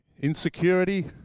insecurity